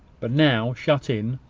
but now, shut in,